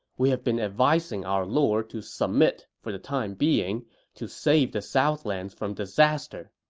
we have been advising our lord to submit for the time being to save the southlands from disaster,